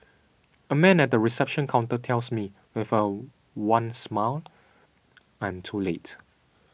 a man at the reception counter tells me with a wan smile I am too late